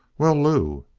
well, lew?